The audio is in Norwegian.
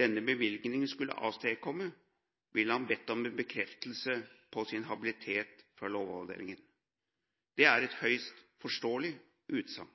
denne bevilgningen skulle avstedkomme, ville han bedt om en bekreftelse på sin habilitet fra Lovavdelingen. Det er et høyst forståelig utsagn.